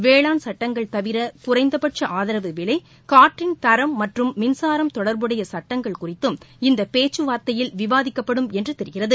வேளாண் சட்டங்கள் தவிர குறைந்தபட்ச ஆதரவு விலை காற்றின் தரம் மற்றும் மின்சாரம் தொடர்புடைய சட்டங்கள் குறித்தும் இந்த பேச்சுவார்த்தையில் விவாதிக்கப்படும் என்று தெரிகிறது